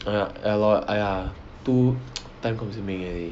!aiya! ya lor !aiya! too time consuming already